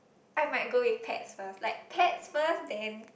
I might go with pets first like pets first then